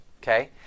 okay